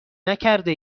نکرده